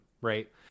right